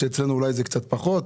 ואצלנו זה אולי קצת פחות.